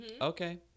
okay